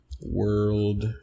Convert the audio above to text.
World